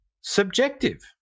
subjective